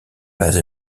base